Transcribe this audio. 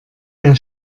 der